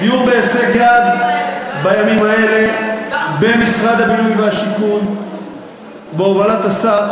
--- דיור בהישג יד בימים האלה במשרד הבינוי והשיכון בהובלת השר.